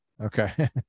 Okay